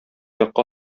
якка